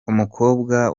umukobwa